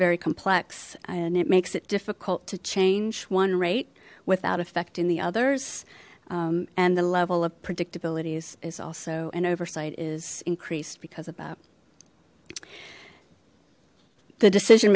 very complex and it makes it difficult to change one rate without affecting the others and the level of predictability is also an oversight is increased because about the decision